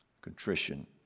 contrition